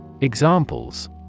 Examples